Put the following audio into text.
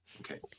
okay